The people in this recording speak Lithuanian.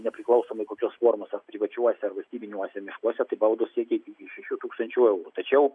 nepriklausomai kokios formos ar privačiuose ar valstybiniuose miškuose tai baudos siekia iki šešių tūkstančių eurų tačiau